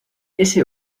ese